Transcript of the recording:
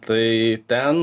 tai ten